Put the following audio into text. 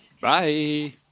Bye